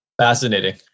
Fascinating